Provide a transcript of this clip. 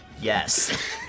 Yes